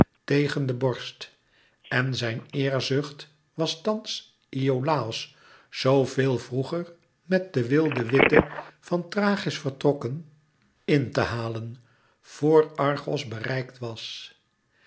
tegen de borst en zijn eerzucht was thans iolàos zoo veel vroeger met de wilde witte van thrachis vertrokken in te halen vor argos bereikt was